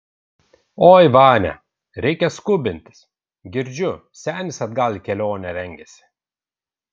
oi vania reikia skubintis girdžiu senis atgal į kelionę rengiasi